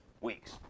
Weeks